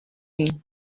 him